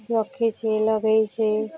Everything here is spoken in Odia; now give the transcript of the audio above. ରଖିଛି ଲଗେଇଛି